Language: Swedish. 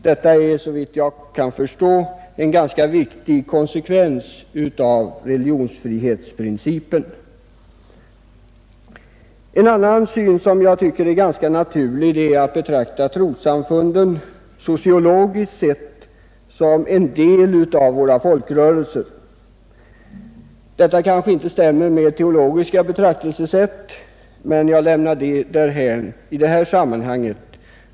Det är, såvitt jag kan förstå, en viktig konsekvens av religionsfrihetsprincipen. En annan syn, som jag finner ganska naturlig, är att betrakta trossamfunden, sociologiskt sett, som en del av våra folkrörelser. Detta kanske inte stämmer med teologiska betraktelsesätt, men jag lämnar det därhän i det här sammanhanget.